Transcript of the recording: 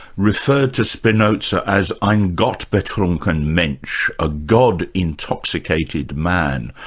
referred to spinoza as ein gott betrunkene mensch, a god-intoxicated man.